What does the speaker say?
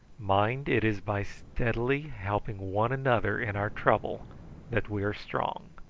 mind it is by steadily helping one another in our trouble that we are strong.